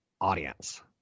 audience